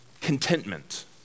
contentment